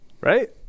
Right